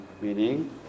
meaning